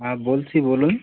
হ্যাঁ বলছি বলুন